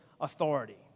authority